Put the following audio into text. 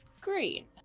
green